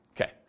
Okay